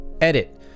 Edit